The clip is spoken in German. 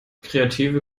kreative